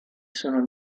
sono